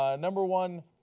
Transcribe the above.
ah number one,